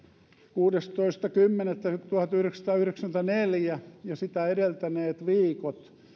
kuudestoista kymmenettä tuhatyhdeksänsataayhdeksänkymmentäneljä ja sitä edeltäneet viikot